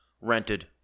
rented